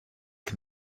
can